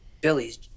Billy's